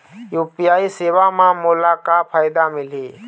UPI सेवा म मोला का फायदा मिलही?